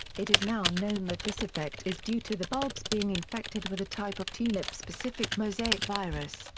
it is now known that this effect is due to the bulbs being infected with a type of tulip-specific mosaic virus,